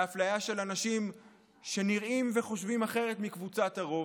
לאפליה של אנשים שנראים וחושבים אחרת מקבוצת הרוב.